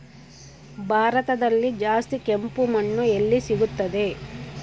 ಭಾರತದಲ್ಲಿ ಜಾಸ್ತಿ ಕೆಂಪು ಮಣ್ಣು ಎಲ್ಲಿ ಸಿಗುತ್ತದೆ?